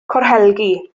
corhelgi